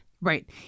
Right